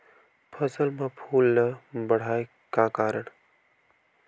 फसल म फूल ल बढ़ाय का करन?